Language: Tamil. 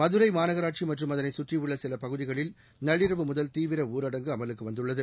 மதுரை மாநகராட்சி மற்றும் அதனை சுற்றியுள்ள சில பகுதிகளில் நள்ளிரவு முதல் தீவிர ஊரடங்கு அமலுக்கு வந்துள்ளது